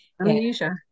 Amnesia